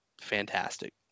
fantastic